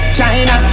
China